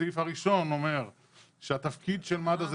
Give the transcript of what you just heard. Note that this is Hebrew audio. הסעיף הראשון אומר שהתפקיד של מד"א זה